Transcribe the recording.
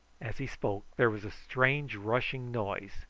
as he spoke there was a strange rushing noise,